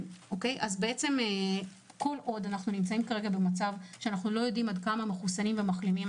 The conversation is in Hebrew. כל עוד אנחנו נמצאים במצב שאנחנו לא יודעים עד כמה מחוסנים ומחלימים